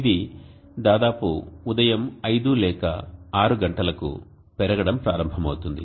ఇది దాదాపు ఉదయం 5 లేక 6 గంటలకు పెరగడం ప్రారంభమవుతుంది